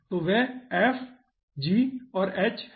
तो वे f g और h हैं